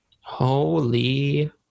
Holy